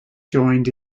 joined